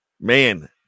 man